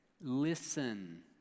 Listen